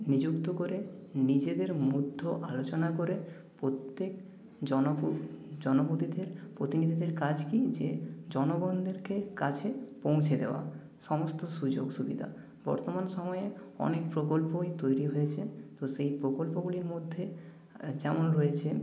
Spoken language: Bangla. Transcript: নিযুক্ত করে নিজেদের মধ্যে আলোচনা করে প্রত্যেক জন প্রতিনিধিদের কাজ কী যে জনগণদেরকে কাছে পৌঁছে দেওয়া সমস্ত সুযোগ সুবিধা বর্তমান সময়ে অনেক প্রকল্পই তৈরি হয়েছে তো সেই প্রকল্পগুলির মধ্যে যেমন রয়েছে